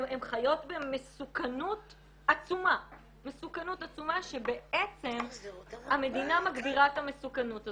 הן חיות במסוכנות עצומה שבעצם המדינה מגבירה את המסוכנות הזאת.